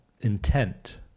intent